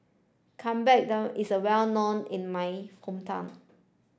is well known in my hometown